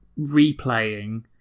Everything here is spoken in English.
replaying